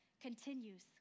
continues